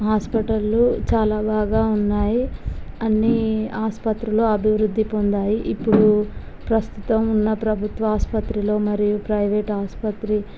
హాస్పిటళ్లు చాలా బాగా ఉన్నాయి అన్నీ ఆస్పత్రులు అభివృద్ధి పొందాయి ఇప్పుడు ప్రస్తుతం ఉన్న ప్రభుత్వ ఆస్పత్రులు మరియు ప్రైవేట్ ఆస్పత్రి